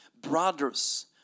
Brothers